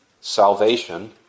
salvation